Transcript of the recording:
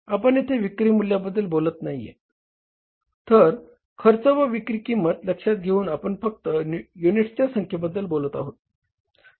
आपण येथे विक्री मूल्याबद्दल बोलत नाहीए तर खर्च व विक्री किंमत लक्षात घेऊन आपण फक्त युनिट्सच्या संख्येबद्दल बोलत आहोत